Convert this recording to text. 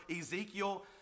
Ezekiel